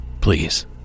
Please